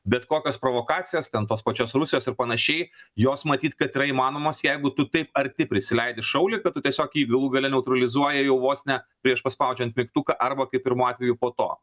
bet kokios provokacijos ten tos pačios rusijos ir panašiai jos matyt kad yra įmanomos jeigu tu taip arti prisileidi šaulį kad tu tiesiog jį galų gale neutralizuoja jau vos ne prieš paspaudžiant mygtuką arba kaip pirmu atveju po to